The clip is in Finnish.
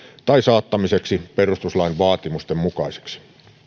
tai saattamiseksi perustuslain vaatimusten mukaisiksi